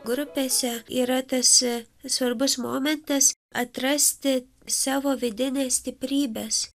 grupėse yra tas svarbus momentas atrasti savo vidines stiprybes